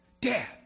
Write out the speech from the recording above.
Dad